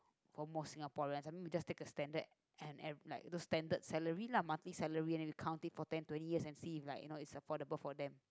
for most Singaporeans I mean we just take a standard and ev~ like the standard salary lah multi salary and then we count it like ten twenty years and see if like you know is affordable for them